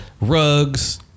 rugs